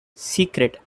secret